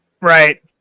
Right